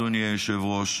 אדוני היושב-ראש,